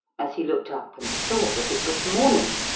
as he looked up and saw that it was morning,